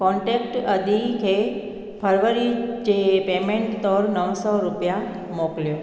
contact अदी खे फ़रवरी जे पेमेंट तौरु नवं सौ रुपिया मोकिलियो